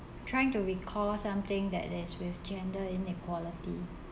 trying to recall something that is with gender inequality